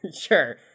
Sure